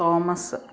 Thomas